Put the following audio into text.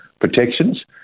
protections